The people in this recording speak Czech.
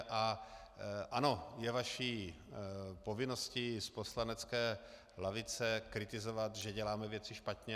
A ano, je vaší povinností z poslanecké lavice kritizovat, že děláme věci špatně.